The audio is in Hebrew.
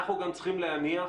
אנחנו גם צריכים להניח